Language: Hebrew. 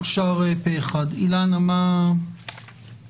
הצבעה בעד רוב נגד אין נמנעים אין אושר פה אחד.